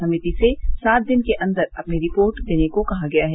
समिति से सात दिन के अन्दर अपनी रिपोर्ट देने को कहा गया है